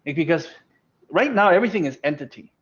because right now everything is entity,